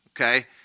okay